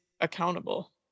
accountable